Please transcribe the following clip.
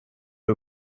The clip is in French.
les